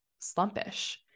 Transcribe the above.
slumpish